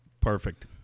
Perfect